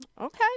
Okay